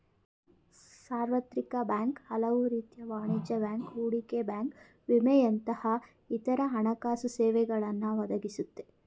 ಸಾರ್ವತ್ರಿಕ ಬ್ಯಾಂಕ್ ಹಲವುರೀತಿಯ ವಾಣಿಜ್ಯ ಬ್ಯಾಂಕ್, ಹೂಡಿಕೆ ಬ್ಯಾಂಕ್ ವಿಮೆಯಂತಹ ಇತ್ರ ಹಣಕಾಸುಸೇವೆಗಳನ್ನ ಒದಗಿಸುತ್ತೆ